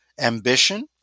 ambition